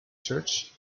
church